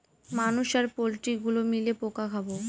মানুষ আর পোল্ট্রি গুলো মিলে পোকা খাবো